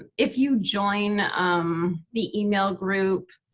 if you join um the email group,